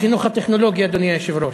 בחינוך הטכנולוגי, אדוני היושב-ראש.